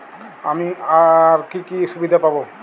আমি আর কি কি সুবিধা পাব?